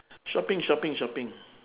shopping shopping shopping